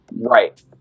right